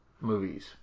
movies